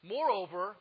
Moreover